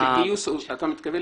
אתה מתכוון